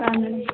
ಹಾಂ ಮೇಡಮ್